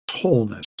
wholeness